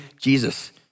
Jesus